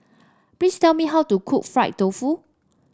please tell me how to cook Fried Tofu